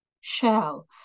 shell